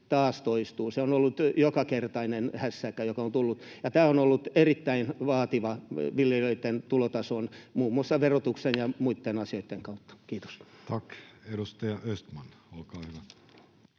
taas toistu? Se on ollut jokakertainen hässäkkä, ja tämä on ollut erittäin vaativaa viljelijöitten tulotasoon, muun muassa verotuksen